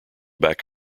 back